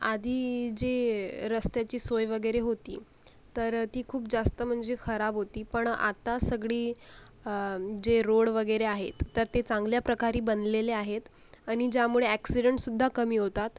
आधी जे रस्त्याची सोय वगैरे होती तर ती खूप जास्त म्हणजे खराब होती पण आता सगळी जे रोड वगैरे आहेत तर ते चांगल्या प्रकारे बनलेले आहेत आणि ज्यामुळे ॲक्सिडंटसुद्धा कमी होतात